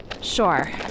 Sure